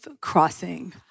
crossing